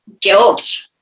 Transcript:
guilt